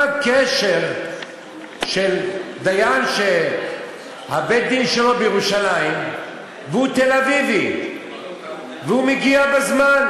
מה הקשר שדיין שבית-הדין שלו בירושלים והוא תל-אביבי והוא מגיע בזמן,